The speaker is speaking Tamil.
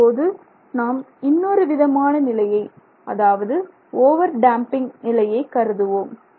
இப்போது நாம் இன்னொரு விதமான நிலையை அதாவது ஓவர் டேம்பிங் நிலையை கருதுவோம்